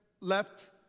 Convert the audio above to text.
left